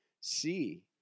see